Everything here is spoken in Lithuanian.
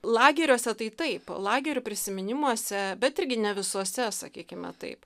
lageriuose tai taip lagerių prisiminimuose bet irgi ne visuose sakykime taip